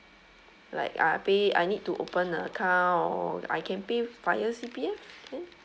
like I pay I need to open a account or I can pay via C_P_F can